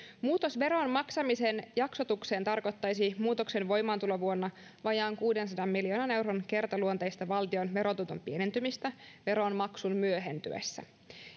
muutos veron maksamisen jaksotukseen tarkoittaisi muutoksen voimaantulovuonna vajaan kuudensadan miljoonan euron kertaluonteista valtion verotuoton pienentymistä veronmaksun myöhentyessä